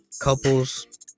couples